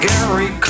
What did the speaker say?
Gary